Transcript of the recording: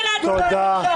תודה.